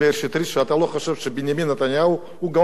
שאתה לא חושב שבנימין נתניהו הוא גאון כלכלי.